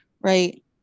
right